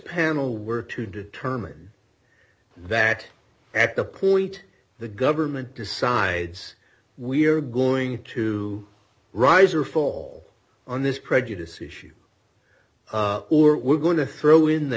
were to determine that at the point the government decides we are going to rise or fall on this prejudices you or we're going to throw in the